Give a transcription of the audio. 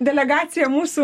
delegaciją mūsų